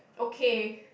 okay